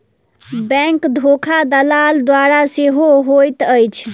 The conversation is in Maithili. बैंक धोखा दलाल द्वारा सेहो होइत अछि